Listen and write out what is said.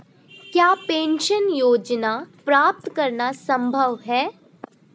क्या पेंशन योजना प्राप्त करना संभव है?